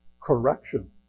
Correction